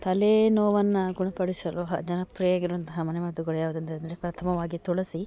ತಲೆನೋವನ್ನ ಗುಣಪಡಿಸಲು ಹ ಜನಪ್ರಿಯಾಗಿರುವಂತಹ ಮನೆಮದ್ದುಗಳು ಯಾವ್ದಂತಂದರೆ ಪ್ರಥಮವಾಗಿ ತುಳಸಿ